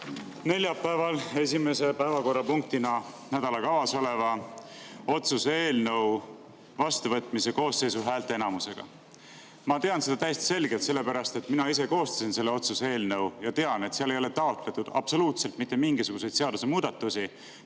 neljapäeval esimese päevakorrapunktina kirjas oleva otsuse eelnõu vastuvõtmise koosseisu häälteenamusega. Ma tean aga täiesti selgelt, sellepärast et mina ise koostasin selle otsuse eelnõu, et seal ei ole taotletud absoluutselt mitte mingisuguseid seadusemuudatusi.